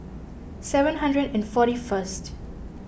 seven hundred and forty first